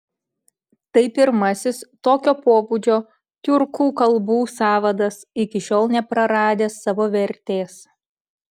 tai pirmasis tokio pobūdžio tiurkų kalbų sąvadas iki šiol nepraradęs savo vertės